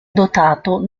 dotato